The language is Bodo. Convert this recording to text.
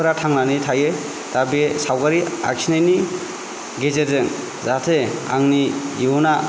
फोरा थांनानै थायो दा बे सावगारि आखिनायनि गेजेरजों जाहाथे आंनि इयुना